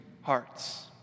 hearts